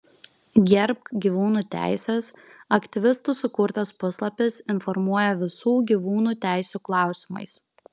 gerbk gyvūnų teises aktyvistų sukurtas puslapis informuoja visų gyvūnų teisių klausimais